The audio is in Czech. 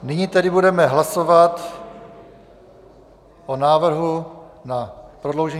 Nyní tedy budeme hlasovat o návrhu na prodloužení.